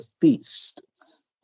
feast